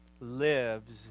lives